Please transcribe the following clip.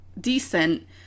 decent